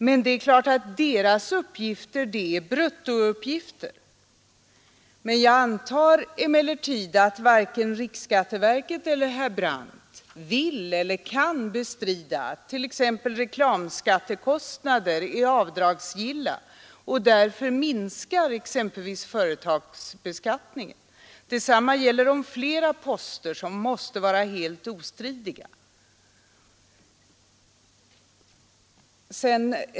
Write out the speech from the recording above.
Men det är klart att de uppgifterna är bruttouppgifter. Jag antar emellertid att varken riksskatteverket eller herr Brandt vill eller kan bestrida att t.ex. reklamskattekostnader är avdragsgilla och därför minskar exempelvis företagsbeskattningen. Detsamma gäller om flera poster som måste vara helt ostridiga.